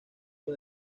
los